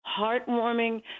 heartwarming